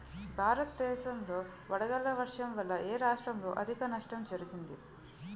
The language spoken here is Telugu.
భారతదేశం లో వడగళ్ల వర్షం వల్ల ఎ రాష్ట్రంలో అధిక నష్టం జరిగింది?